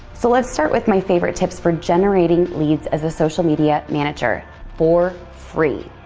so let's start with my favorite tips for generating leads as a social media manager for free.